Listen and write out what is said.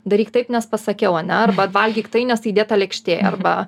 daryk taip nes pasakiau ane arba valgyk tai nes įdėta lėkštėj arba